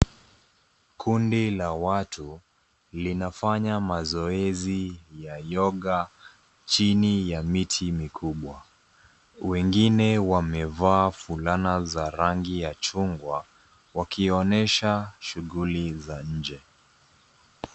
Kundi la watu linafanya mazoezi ya yoga chini ya miti mikubwa. Wengine wamevaa fulana za rangi ya chungwa, wamekionyesha shughuli za nje.